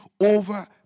over